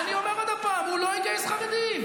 שהם לא יהיו עבריינים,